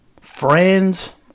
friends